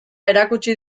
erakutsi